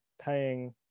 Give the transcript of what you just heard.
paying